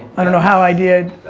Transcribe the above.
i don't know how i did.